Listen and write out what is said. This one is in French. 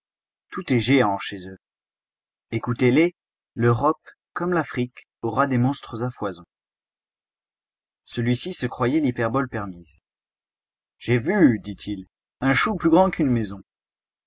tout est géant chez eux écoutez-les l'europe comme l'afrique aura des monstres à foison celui-ci se croyait l'hyperbole permise j'ai vu dit-il un chou plus grand qu'une maison